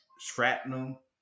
shrapnel